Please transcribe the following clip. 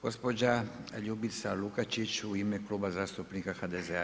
Gospođa Ljubica Lukačić u ime Kluba zastupnika HDZ-a.